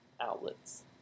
outlets